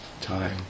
time